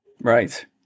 Right